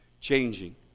changing